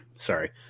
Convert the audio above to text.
Sorry